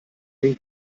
den